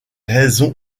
raisons